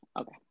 Okay